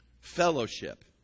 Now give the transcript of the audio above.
fellowship